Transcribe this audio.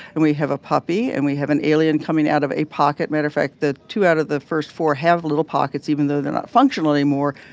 and we have a puppy. and we have an alien coming out of a pocket matter of fact, the two out of the first four have little pockets. even though they're not functional anymore,